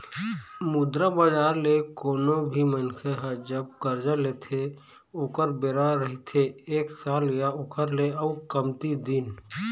मुद्रा बजार ले कोनो भी मनखे ह जब करजा लेथे ओखर बेरा रहिथे एक साल या ओखर ले अउ कमती दिन